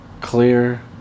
clear